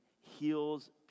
heals